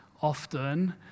often